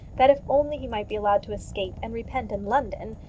that if only he might be allowed to escape and repent in london,